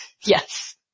Yes